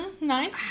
Nice